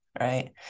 right